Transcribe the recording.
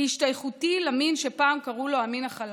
מהשתייכותי למין שפעם קראו לו "המין החלש".